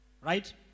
Right